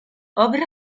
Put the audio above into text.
obra